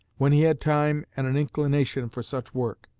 when he had time and an inclination for such work.